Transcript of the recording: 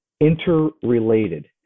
interrelated